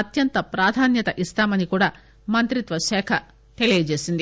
అత్యంత ప్రాధాన్యత ఇస్తామని కూడా మంత్రిత్వ శాఖ తెలీపింది